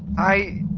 i.